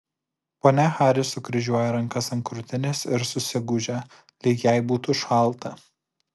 ponia haris sukryžiuoja rankas ant krūtinės ir susigūžia lyg jai būtų šalta